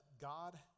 God